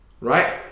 Right